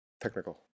Technical